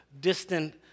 distant